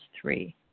three